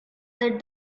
that